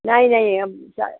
नहीं नहीं हम चा